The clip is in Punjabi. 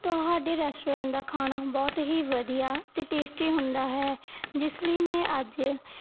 ਤੁਹਾਡੇ ਰੈਸਟੋਰੈਂਟ ਦਾ ਖਾਣਾ ਬਹੁਤ ਹੀ ਵਧੀਆ ਅਤੇ ਟੇਸਟੀ ਹੁੰਦਾ ਹੈ ਜਿਸ ਲਈ ਮੈਂ ਅੱਜ